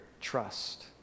trust